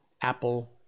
Apple